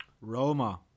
Roma